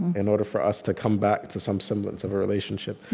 in order for us to come back to some semblance of a relationship.